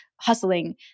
hustling